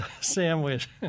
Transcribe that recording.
sandwich